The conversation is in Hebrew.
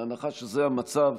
בהנחה שזה המצב,